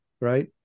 right